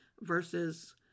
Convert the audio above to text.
versus